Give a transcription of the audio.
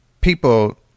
people